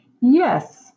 Yes